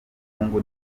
ubukungu